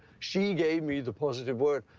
she gave me the positive words.